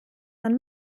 man